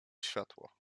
światło